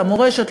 למורשת,